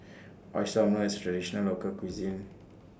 Oyster Omelette IS A Traditional Local Cuisine